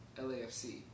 LAFC